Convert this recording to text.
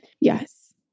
Yes